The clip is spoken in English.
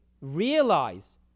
realize